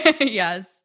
Yes